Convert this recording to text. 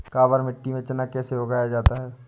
काबर मिट्टी में चना कैसे उगाया जाता है?